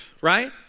right